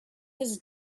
his